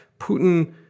Putin